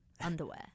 underwear